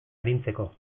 arintzeko